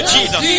Jesus